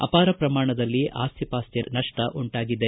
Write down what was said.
ಅಪಾರ ಪ್ರಮಾಣದಲ್ಲಿ ಆಸ್ತಿ ಪಾಸ್ತಿ ನಷ್ಷ ಉಂಟಾಗಿದೆ